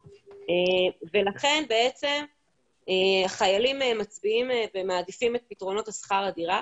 לכן בעצם חיילים מצביעים ומעדיפים את פתרונות שכר הדירה,